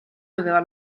aveva